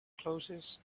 closes